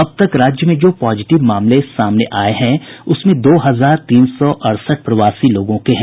अब तक राज्य में जो पॉजिटिव मामले सामने आये हैं उसमें दो हजार तीन सौ अड़सठ प्रवासी लोगों के हैं